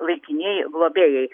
laikinieji globėjai